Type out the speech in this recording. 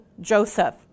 Joseph